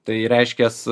tai reiškias